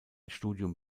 studium